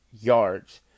yards